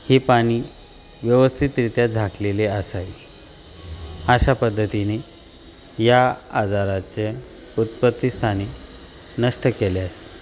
हे पाणी व्यवस्थितरित्या झाकलेले असाय अशा पद्धतीने या आजाराचे उत्पत्ती स्थाने नष्ट केल्यास